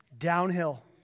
Downhill